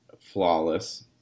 flawless